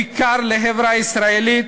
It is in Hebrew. בעיקר לחברה הישראלית,